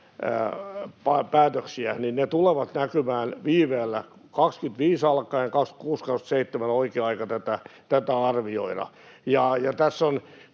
päätöksiä, niin ne tulevat näkymään viiveellä vuodesta 25 alkaen, ja vuodet 26—27 ovat oikea aika tätä arvioida. Tässä on